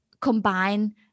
combine